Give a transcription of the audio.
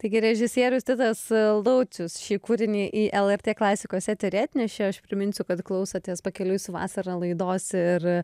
taigi režisierius titas laucius šį kūrinį į lrt klasikos eterį atnešė o aš priminsiu kad klausotės pakeliui su vasara laidos ir